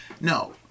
no